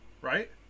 right